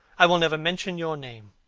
i will never mention your name.